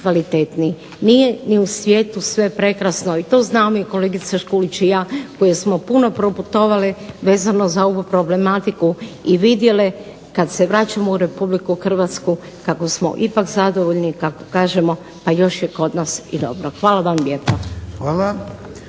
Nije ni u svijetu sve prekrasno i to znamo i kolegica Škulić i ja koje smo puno proputovale vezano za ovu problematiku i vidjele kad se vraćamo u Republiku Hrvatsku kako smo ipak zadovoljni, kako kažemo pa još je kod nas i dobro. Hvala vam lijepa.